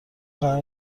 قرار